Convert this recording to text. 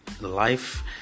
life